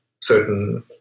certain